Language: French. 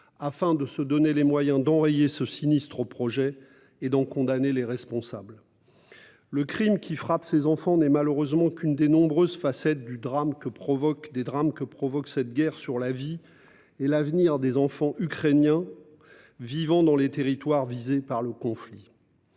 afin de se donner les moyens d'enrayer ce sinistre projet et d'en condamner les responsables. Le crime qui frappe ces enfants n'est malheureusement que l'une des nombreuses facettes des drames que provoque cette guerre dans la vie et pour l'avenir des enfants ukrainiens qui vivent dans les territoires visés par le conflit.